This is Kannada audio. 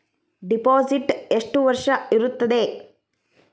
ಡಿಪಾಸಿಟ್ ಎಷ್ಟು ವರ್ಷ ಇರುತ್ತದೆ?